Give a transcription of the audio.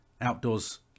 outdoors